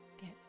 get